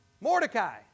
Mordecai